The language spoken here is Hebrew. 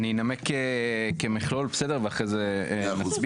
אני אנמק כמכלול בסדר ואחרי זה נצביע,